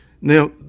Now